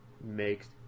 makes